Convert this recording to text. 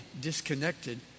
disconnected